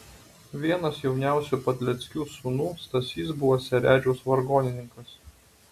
vienas jauniausių padleckių sūnų stasys buvo seredžiaus vargonininkas